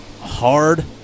hard